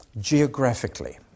geographically